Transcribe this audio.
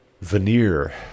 veneer